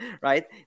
right